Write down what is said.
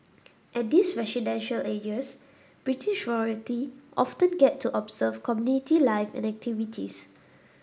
at these residential areas British royalty often get to observe community life and activities